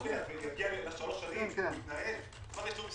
אז יגיע לשלוש שנים, יגידו: